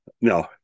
No